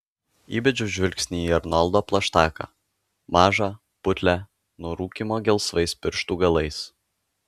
įbedžiau žvilgsnį į arnoldo plaštaką mažą putlią nuo rūkymo gelsvais pirštų galais